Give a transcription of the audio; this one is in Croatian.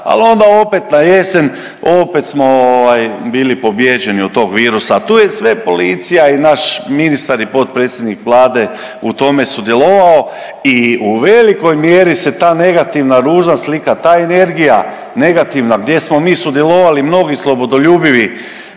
al onda opet najesen opet smo ovaj bili pobijeđen od tog virusa, a tu je sve policija i naš ministar i potpredsjednik Vlade u tome sudjelovao i u velikoj mjeri se ta negativna i ružna slika, ta energija negativna gdje smo mi sudjelovali mnogi slobodoljubivi,